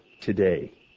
today